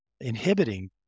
inhibiting